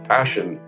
passion